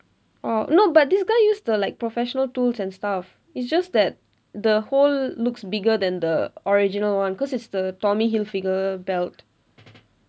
orh no but this guy used the like professional tools and stuff it's just that the hole looks bigger than the original one because it's the tommy hilfiger belt